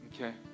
Okay